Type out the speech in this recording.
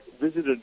visited